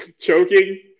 Choking